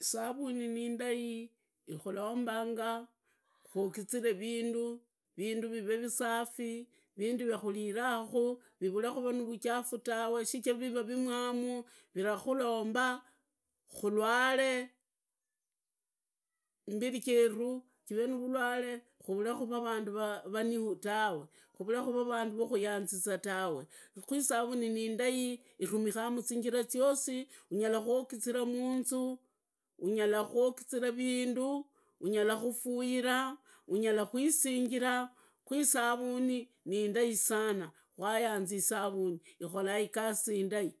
Isavuni niindai ikulombanga, kuogizire vindu, vindu vivee visafi, vindu vya khurirakhu vivukle kuvaakhu navuchafu tawe, shichira nivarirakhu, vilakhulomba khulwale, mbiri cheru chive nurulwale, kuree vandu vaniu tawe, kuve kuva vandu va kuyanziza tawe, khu isavuni niindai, ivumikirwa muzinjira zyosi unyara kuogiza munzu, unyala kuogizira vindu, unyara kufuira, ungara kwisingiraa, kwisavuni niindui sana. ikora igasi inyikhi sana, ikholanga igasi indai.